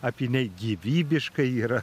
apyniai gyvybiškai yra